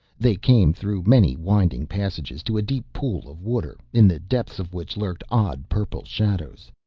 they came, through many winding passages, to a deep pool of water, in the depths of which lurked odd purple shadows.